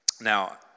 Now